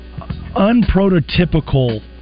Unprototypical